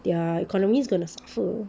their economies going to suffer